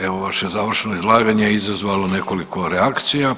Evo vaše završno izlaganje je izazvalo nekoliko reakcija.